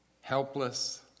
helpless